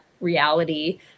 reality